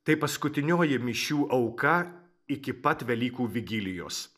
tai paskutinioji mišių auka iki pat velykų vigilijos